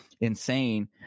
insane